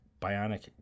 bionic